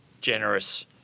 generous